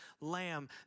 lamb